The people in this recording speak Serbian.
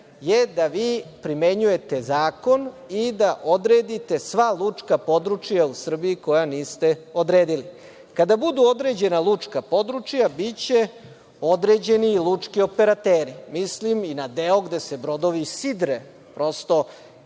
je da vi primenjujte zakon i da odredite sva lučka područja u Srbiji koja niste odredili. Kada budu određena lučka područja biće određeni lučki operateri, mislim na deo gde se brodovi sidre, prosto